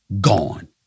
gone